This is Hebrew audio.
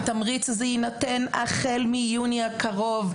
התמריץ יינתן החל מיוני הקרוב,